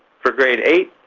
for grade eight,